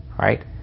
Right